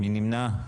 מי נמנע?